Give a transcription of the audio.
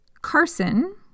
Carson